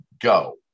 go